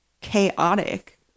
chaotic